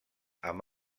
amb